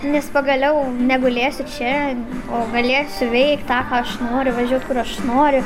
nes pagaliau negulėsiu čia o galėsiu veikt tą ką aš noriu važiuot kur aš noriu